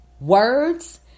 words